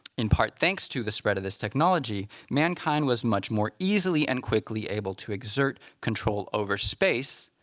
in part, thanks to the spread of this technology, mankind was much more easily and quickly able to exert control over space,